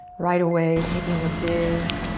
right away taking a big,